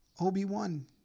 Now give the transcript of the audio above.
Obi-Wan